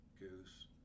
Goose